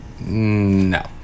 No